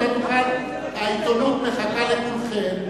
העיתונות מחכה לכולכם.